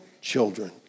children